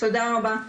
תודה רבה.